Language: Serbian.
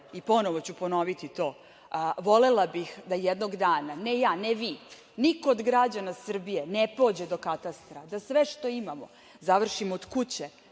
i ponovo ću ponoviti to, volela bih da jednog dana ne ja, ne vi, niko od građana Srbije ne pođe do katastra, da sve što imamo završimo od kuće,